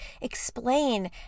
explain